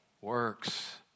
works